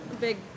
big